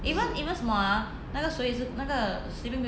我现在在想 hor